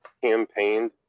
campaigned